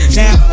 now